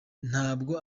ntabwo